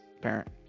parent